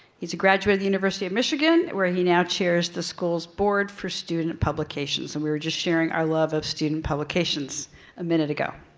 he's a graduate of the university of michigan where he now chairs the school's board for student publications, and we were just sharing our love of student publications a minute ago.